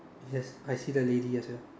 yes I see the lady as well